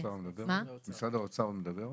משרד האוצר מדבר?